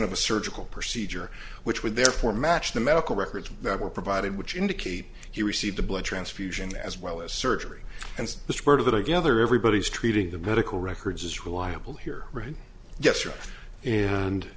of a surgical procedure which would therefore match the medical records that were provided which indicate he received a blood transfusion as well as surgery and this word that i gather everybody's treating the medical records is reliable here right yes